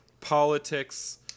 politics